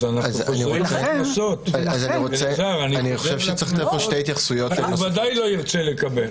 אלעזר, אני חוזר לקנסות, שהוא ודאי לא ירצה לקבל.